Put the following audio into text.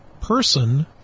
person